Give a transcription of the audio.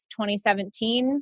2017